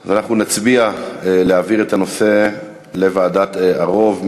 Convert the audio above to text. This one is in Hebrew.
אז אנחנו נצביע על העברת הנושא לוועדת ערו"ב.